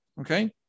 okay